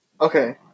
Okay